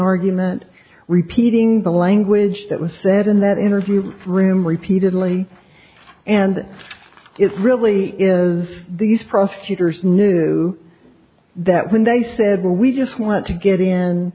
argument repeating the language that was said in that interview room repeatedly and it really is these prosecutors knew that when they said well we just want to get in